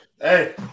Hey